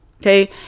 okay